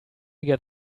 get